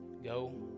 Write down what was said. Go